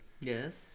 Yes